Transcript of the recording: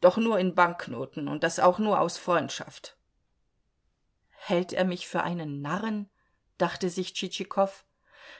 doch nur in banknoten und das auch nur aus freundschaft hält er mich für einen narren dachte sich tschitschikow